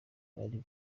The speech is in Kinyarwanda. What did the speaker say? bari